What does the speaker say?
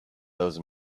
those